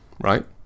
right